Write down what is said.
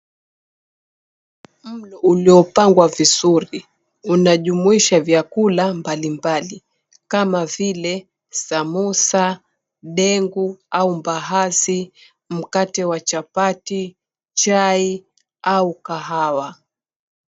Mlo uliopangwa vizuri unajumuisha vyakula mbalimbali kama vile; samosa, dengu au mbaazi, mkate wa chapati, chai au kahawa.